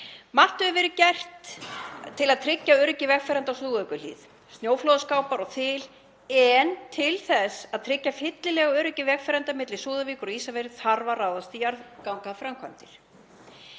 Margt hefur verið gert til að tryggja öryggi vegfarenda á Súðavíkurhlíð, snjóflóðaskápar og þil, en til þess að tryggja fyllilega öryggi vegfarenda milli Súðavíkur og Ísafjarðar þarf að ráðast í jarðgangaframkvæmdir.